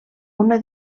una